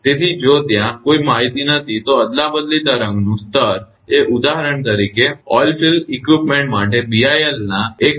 તેથી જો ત્યાં કોઈ માહિતી નથી તો અદલાબદલી તરંગનું સ્તર એ ઉદાહરણ તરીકે ઓઇલફિલ્ડ સાધનો માટે BIL ના 1